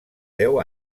deu